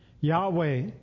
Yahweh